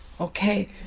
Okay